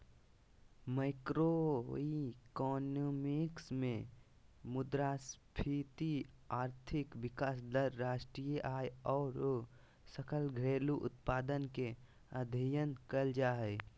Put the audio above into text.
macroeconomics मे मुद्रास्फीति, आर्थिक विकास दर, राष्ट्रीय आय आरो सकल घरेलू उत्पाद के अध्ययन करल जा हय